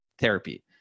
therapy